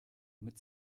mit